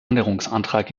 änderungsantrag